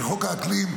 כי חוק האקלים,